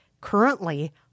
Currently